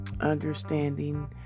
understanding